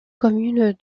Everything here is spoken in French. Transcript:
commune